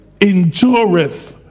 endureth